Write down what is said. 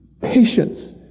patience